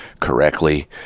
correctly